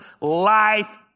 life